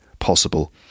Possible